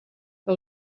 que